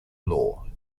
law